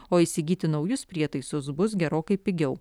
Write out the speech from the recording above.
o įsigyti naujus prietaisus bus gerokai pigiau